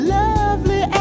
lovely